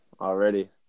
already